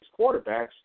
quarterbacks